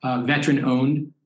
veteran-owned